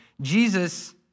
Jesus